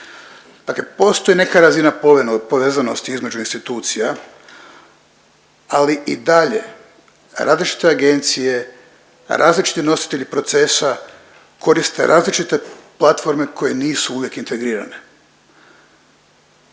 postoji nekakva razina povezanosti između institucija, ali i dalje različite agencije, različiti nositelji procesa koriste različite platforme koje nisu uvijek integrirane.